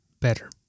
better